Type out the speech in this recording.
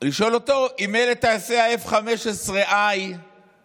לשאול אותו אם אלה טייסי ה-F-15I שמחליפים